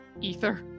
ether